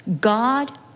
God